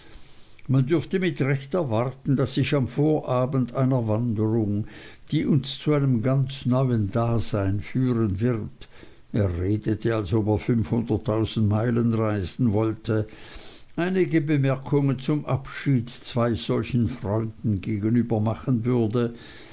man dürfte mit recht erwarten daß ich am vorabende einer wanderung die uns zu einem ganz neuen dasein führen wird er redete als ob er fünfhunderttausend meilen reisen sollte einige bemerkungen zum abschied zwei solchen freunden gegenüber machen würde